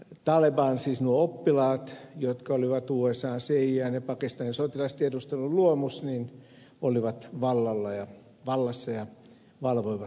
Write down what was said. talebanit siis nuo oppilaat jotka olivat usan cian ja pakistanin sotilastiedustelun luomus olivat vallassa ja valvoivat kaikkea